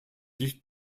dich